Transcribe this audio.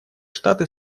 штаты